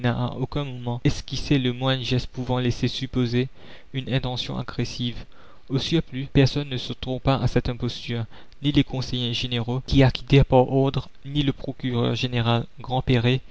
aucun moment esquissé le moindre geste pouvant laisser supposer une intention agressive au la commune surplus personne ne se trompa à cette imposture ni les conseillers généraux qui acquittèrent par ordre ni le